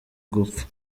gupfa